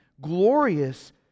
glorious